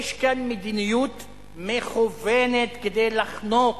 יש כאן מדיניות מכוונת כדי לחנוק